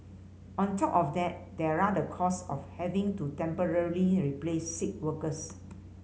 on top of that there are the cost of having to temporarily replace sick workers